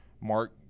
Mark